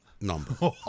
number